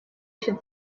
should